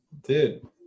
Dude